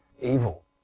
evil